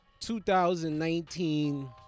2019